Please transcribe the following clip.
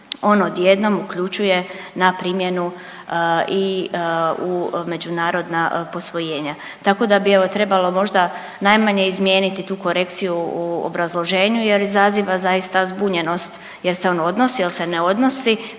on odjednom uključuje na primjenu i u međunarodna posvojenja, tako da bi evo trebalo možda najmanje izmijeniti tu korekciju u obrazloženju jer izaziva zaista zbunjenost jer se on odnosi jel se ne odnosi